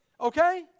Okay